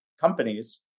companies